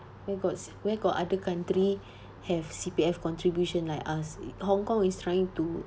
where got c~ where got other country have C_P_F contribution like us hong kong is trying to